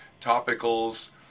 topicals